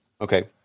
Okay